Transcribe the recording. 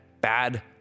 bad